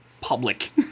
Public